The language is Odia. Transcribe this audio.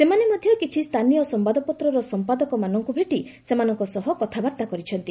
ସେମାନେ ମଧ୍ୟ କିଛି ସ୍ଥାନୀୟ ସମ୍ଭାଦପତ୍ରର ସମ୍ପାଦକମାନଙ୍କୁ ଭେଟି ସେମାନଙ୍କ ସହ କଥାବାର୍ତ୍ତା କରିଛନ୍ତି